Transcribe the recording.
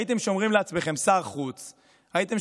הייתם שומרים לעצמכם שר חוץ מלא,